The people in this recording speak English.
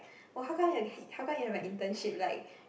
!wah! how come you how come you have a internship like